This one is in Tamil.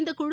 இந்த குழு